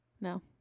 No